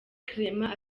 clement